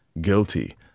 guilty